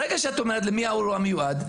ברגע שאת אומרת למי האירוע מיועד,